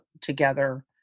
together